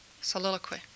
soliloquy